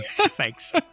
Thanks